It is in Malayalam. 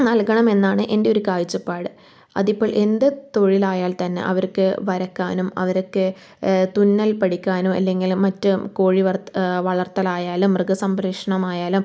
നൽകണമെന്നാണ് എൻ്റെ ഒരു കാഴ്ചപ്പാട് അതിപ്പോൾ എന്ത് തൊഴിലായാൽ തന്നെ അവർക്ക് വരയ്ക്കാനും അവരൊക്കെ തുന്നൽ പഠിക്കാനോ അല്ലെങ്കിൽ മറ്റു കോഴി വളർത്തൽ ആയാലും മൃഗസംരക്ഷണമായാലും